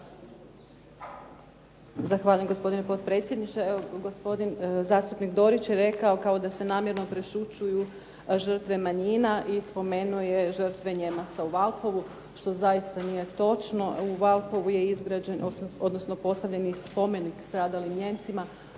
Zahvaljujem gospodine potpredsjedniče.